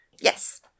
Yes